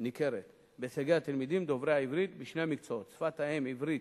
ניכרת בהישגי התלמידים דוברי העברית בשני מקצועות: שפת האם עברית,